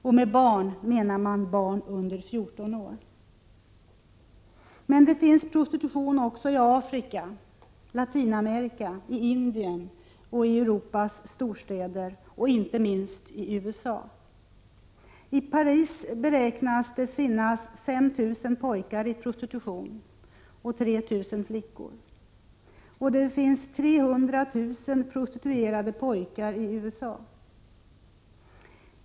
Och med barn menas barn under 14 år. Men det finns prostitution också i Afrika, i Latinamerika, i Indien och i Europas storstäder samt inte minst i USA. I Paris beräknas att det finns 5 000 pojkar och 3 000 flickor som är prostituerade. Och i USA är 300 000 pojkar prostituerade.